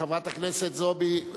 חברת הכנסת זועבי,